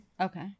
Okay